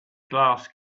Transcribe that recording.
glass